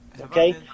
Okay